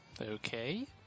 Okay